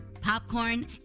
popcorn